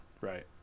right